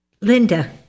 Linda